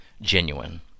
genuine